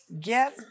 get